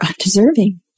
undeserving